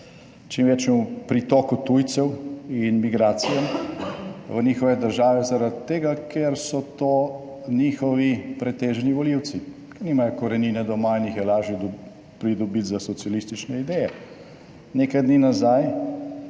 čim večjemu pritoku tujcev in migracijam v njihove države, zaradi tega, ker so to njihovi pretežni volivci, ki nimajo korenine doma in jih je lažje pridobiti za socialistične ideje. Nekaj dni nazaj